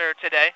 today